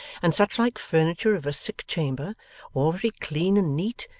and such-like furniture of a sick chamber all very clean and neat,